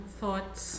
thoughts